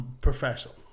professional